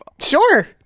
Sure